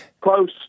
close